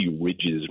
ridges